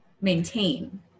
Maintain